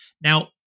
Now